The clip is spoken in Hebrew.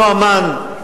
לא אמ"ן,